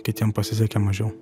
kitiem pasisekė mažiau